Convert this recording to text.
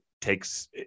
takes